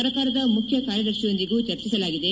ಸರ್ಕಾರದ ಮುಖ್ಯ ಕಾರ್ಯದರ್ಶಿಯೊಂದಿಗೂ ಚರ್ಚಿಸಲಾಗಿದೆ